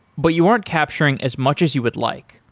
but you aren't capturing as much as you would like.